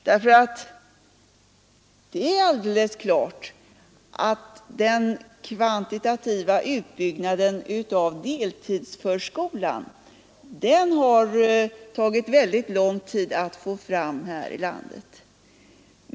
Klart är att den kvantitativa utbyggnaden av deltidsförskolan har tagit mycket lång tid här i landet.